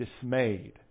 dismayed